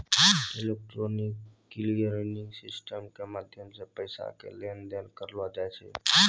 electronic clearing system के माध्यमो से पैसा के लेन देन करलो जाय छै